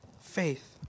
faith